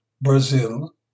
Brazil